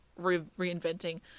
reinventing